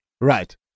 Right